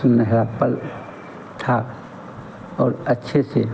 सुनहरा पल था और अच्छे से